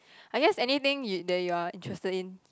I guess anything you that you are interested in